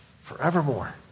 forevermore